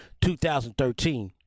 2013